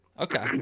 Okay